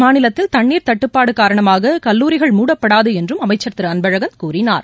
மாநிலத்தில் தண்ணீர் தட்டுப்பாடு காரணமாக கல்லூரிகள் மூடப்படாது என்றும் அமைச்சள் திரு அன்பழகன் கூறினார்